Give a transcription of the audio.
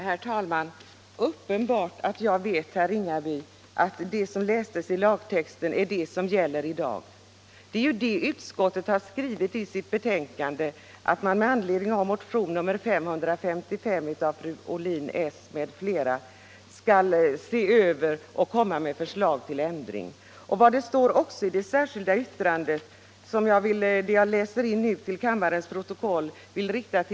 Herr talman! Det är självklart att jag vet, herr Ringaby, att vad som står i lagtexten är det som gäller i dag. Utskottet har ju också i sitt betänkande skrivit att man med anledning av motionen 555 av fru Ohlin m.fl. skall se över nuvarande regler och lägga fram förslag till ändring. Jag vill till kammarens protokoll läsa in ett avsnitt av det särskilda yttrandet nr 2 och vill rikta dessa ord till såväl herr Ringaby som herr Romanus.